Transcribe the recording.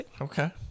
Okay